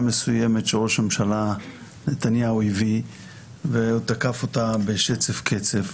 מסוימת שראש הממשלה נתניהו הביא והוא תקף אותה בשצף קצף: